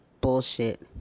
Bullshit